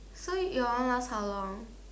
so you are one last how long